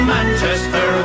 Manchester